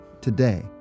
today